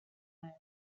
lands